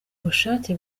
bushake